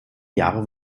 jahre